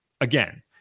Again